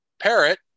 Parrot